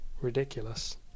Ridiculous